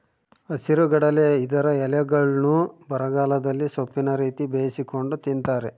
ಹಸಿರುಗಡಲೆ ಇದರ ಎಲೆಗಳ್ನ್ನು ಬರಗಾಲದಲ್ಲಿ ಸೊಪ್ಪಿನ ರೀತಿ ಬೇಯಿಸಿಕೊಂಡು ತಿಂತಾರೆ